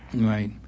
Right